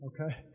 okay